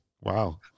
Wow